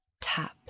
tap